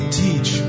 teach